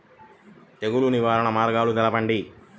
తెగులు నివారణ మార్గాలు తెలపండి?